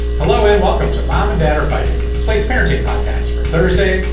hello and welcome to mom and dad are fighting slate's parenting podcast for thursday,